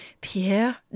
Pierre